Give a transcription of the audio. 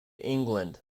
england